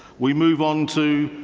we move on to,